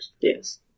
Yes